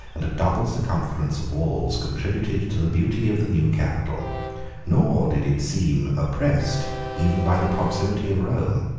and a double circumference of walls, contributed to the beauty of the new capital nor did it seem oppressed even by the proximity of rome.